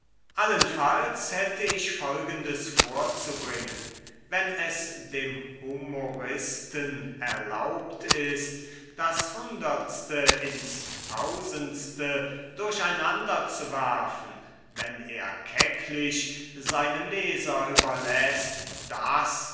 allenfalls hätte ich folgendes vorzubringen wenn es dem humoristen erlaubt ist das hundertste ins tausendste durcheinanderzuwerfen wenn er kecklich seinem leser überläßt das